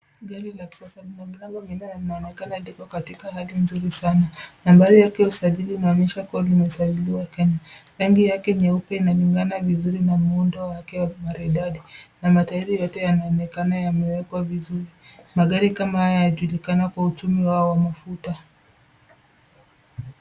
Gari la kisasa, lina milango minne na linaonekana liko katika hali mzuri sana. Nambari yake ya usajili inaonyesha kuwa limesajiliwa Kenya. Rangi yake nyeupe inalingana vizuri na muundo wake maridadi na matairi yote yanaonekana yamewekwa vizuri. Magari kama haya yanajulikana kwa utumi wao wa mafuta.